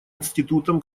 институтом